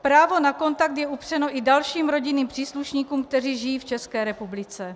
Právo na kontakt je upřeno i dalším rodinným příslušníkům, kteří žijí v České republice.